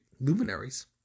luminaries